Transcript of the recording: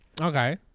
Okay